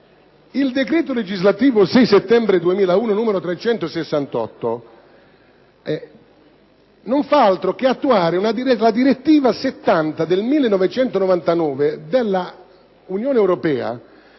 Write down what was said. il decreto legislativo 6 settembre 2001, n. 368, non fa altro che attuare la direttiva n. 70 del 1999 dell'Unione europea